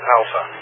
Alpha